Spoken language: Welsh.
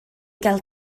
gael